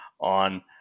on